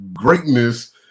greatness